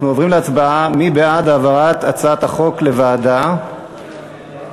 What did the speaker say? ההצעה להעביר את הצעת חוק חובת המכרזים (תיקון